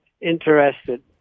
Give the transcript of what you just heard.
interested